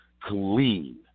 clean